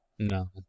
No